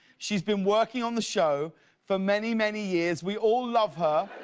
she's been working on the show for many, many years. we all love her.